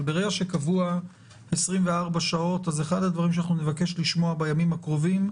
אבל ברגע שנקבע 24 שעות אז אחד הדברים שנבקש לשמוע בימים הקרובים,